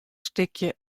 stikje